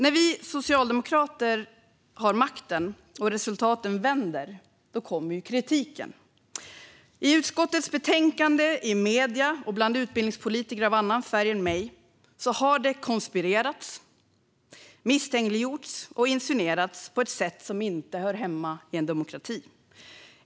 När vi socialdemokrater har makten och resultaten vänder kommer kritiken. I utskottets betänkande, i medier och bland utbildningspolitiker av annan färg än min har det konspirerats, misstänkliggjorts och insinuerats på ett sätt som inte hör hemma i en demokrati.